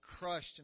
crushed